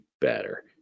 better